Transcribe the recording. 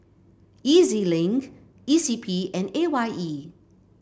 E Z Link E C P and A Y E